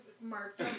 Mark